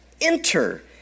Enter